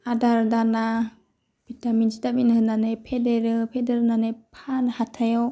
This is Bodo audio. आदार दाना भिटामिन चिटामिन होनानै फेदेरो फेदेरनानै फानो हाथायाव